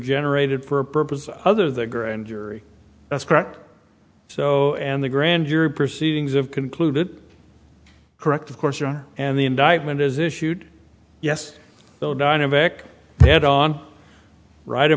generated for purposes other the grand jury that's correct so and the grand jury proceedings of concluded correct of course you are and the indictment is issued yes the dynamic head on right